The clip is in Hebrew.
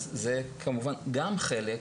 אז זה, כמובן, גם חלק.